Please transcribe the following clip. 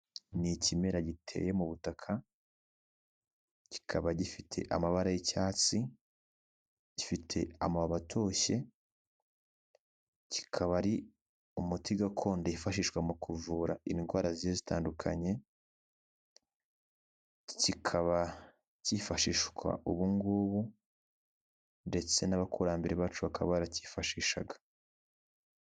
Ni kimera giteye mu butaka kikaba gifite amabara y'icyatsi gifite amaba atoshye kikaba ari umuti gakondo yifashishwa mu kuvura indwara zi zitandukanye kikaba cyifashishwa ubungubu ndetse n'abakurambere bacu bakaba baraki fashishaga.